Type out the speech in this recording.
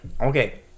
Okay